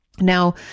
Now